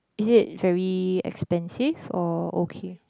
is it very expensive or okay